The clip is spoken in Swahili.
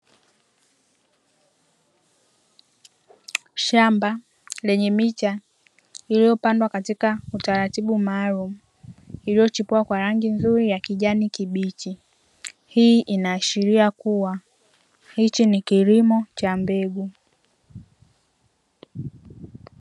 Shamba lenye miche iliyopandwa katika utaratibu maalumu, iliyochipua kwa rangi nzuri ya kijani kibichi. Hii inaashiria kuwa hiki ni kilimo cha mbegu.